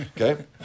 Okay